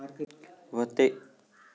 व्हते